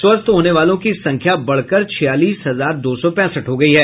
स्वस्थ होने वालों की संख्या बढ़कर छियालीस हजार दो सौ पैंसठ हो गयी है